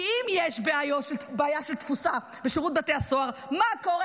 כי אם יש בעיה של תפוסה בשירות בתי הסוהר מה קורה?